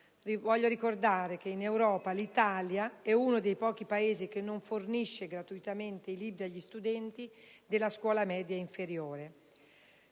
l'altro, che in Europa l'Italia è uno dei pochi Paesi che non fornisce gratuitamente i libri agli studenti della scuola media inferiore.